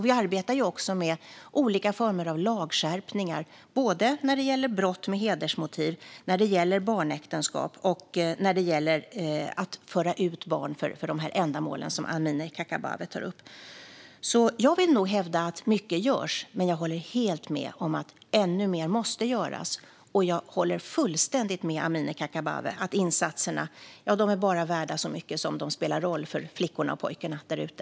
Vi arbetar också med olika former av lagskärpningar när det gäller såväl brott med hedersmotiv och barnäktenskap som barn som förs ut för de ändamål som Amineh Kakabaveh tar upp. Jag vill nog hävda att mycket görs, men jag håller helt med om att ännu mer måste göras. Och jag håller fullständigt med Amineh Kakabaveh om att insatserna bara är värda så mycket som de spelar roll för flickorna och pojkarna där ute.